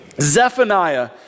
Zephaniah